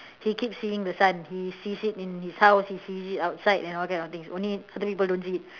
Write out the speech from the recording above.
he keep seeing the son he sees it in his house he sees it outside and all kind of things only certain people don't see it